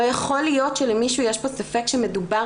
לא יכול להיות שלמישהו כאן יש ספק שמדובר